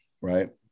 right